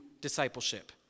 discipleship